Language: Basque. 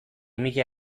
mila